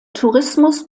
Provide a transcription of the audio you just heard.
tourismus